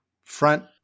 front